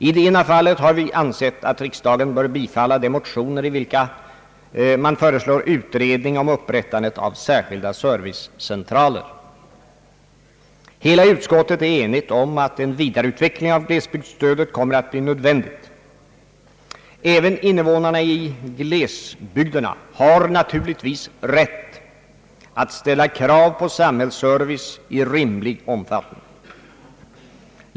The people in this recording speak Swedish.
I det ena fallet har vi ansett att riksdagen bör bifalla de motioner i vilka man föreslår utredning om upprättandet av särskilda servicecentraler. Hela utskottet är enigt om att en vidareutveckling av glesbygdsstödet kommer att bli nödvändig. Även innevånarna i glesbygderna har naturligtvis rätt att ställa krav på samhällsservice i rimlig omfattning.